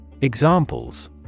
Examples